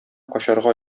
качарга